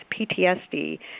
PTSD